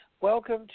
Welcome